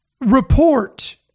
report